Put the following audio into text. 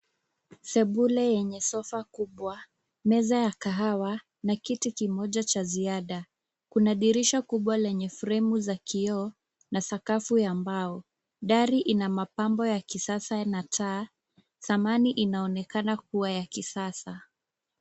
Sebule yenye sofa kubwa, meza ya kahawa na kiti kimoja za ziada. Kuna dirisha kubwa lenye fremu za kioo na sakafu ya mbao. Dari ina mapambo ya kisasa na taa. Samani inaonekana kuwa ya kisasa.